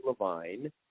Levine